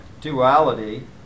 duality